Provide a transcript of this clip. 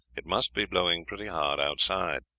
it must be blowing pretty hard outside.